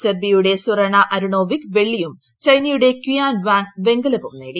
സെർബിയയുടെ Zorana Arunovic വെള്ളിയും ചൈനയുടെ Qian വാങ്വെങ്കലവും നേടി